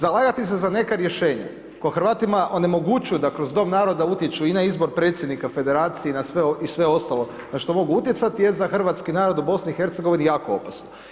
Zalagati se za neka rješenja, ko Hrvatima onemogućuju da kroz dom naroda utječu i na izbor predsjednika federacije i na sve ostalo na što mogu utjecati jest za Hrvatski narod u BIH jako opasno.